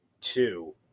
two